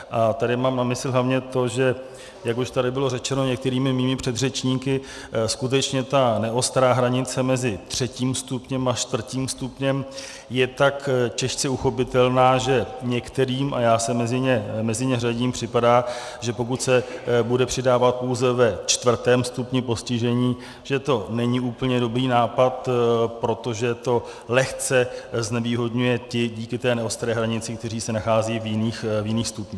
A tady mám na mysli hlavně to, že jak už tady bylo řečeno některými mými předřečníky, skutečně ta neostrá hranice mezi třetím stupněm a čtvrtým stupněm je tak těžce uchopitelná, že některým a já se mezi ně řadím připadá, že pokud se bude přidávat pouze ve čtvrtém stupni postižení, že to není úplně dobrý nápad, protože to lehce znevýhodňuje ty, díky té neostré hranici, kteří se nacházejí v jiných stupních.